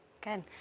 good